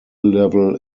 level